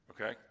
Okay